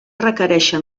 requereixen